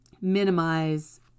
minimize